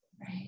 Right